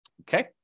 okay